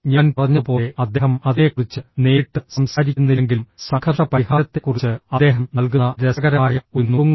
ഞാൻ പറഞ്ഞതുപോലെ അദ്ദേഹം അതിനെക്കുറിച്ച് നേരിട്ട് സംസാരിക്കുന്നില്ലെങ്കിലും സംഘർഷ പരിഹാരത്തെക്കുറിച്ച് അദ്ദേഹം നൽകുന്ന രസകരമായ ഒരു നുറുങ്ങ് ഉണ്ട്